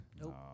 Nope